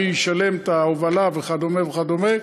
מי ישלם את ההובלה וכדומה וכדומה,